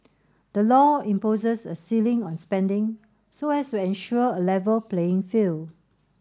the law imposes a ceiling on spending so as to ensure a level playing field